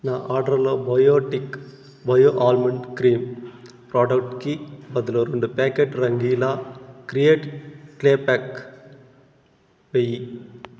నా ఆర్డర్లో Biotique bio almond cream ప్రాడక్టుకి బదులు రెండు packet Rangeela create clay pack వెయ్యి